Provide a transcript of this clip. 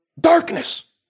darkness